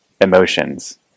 emotions